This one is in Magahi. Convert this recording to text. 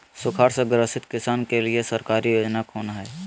सुखाड़ से ग्रसित किसान के लिए सरकारी योजना कौन हय?